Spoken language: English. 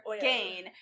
gain